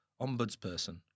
Ombudsperson